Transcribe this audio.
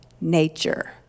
nature